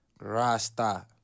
Rasta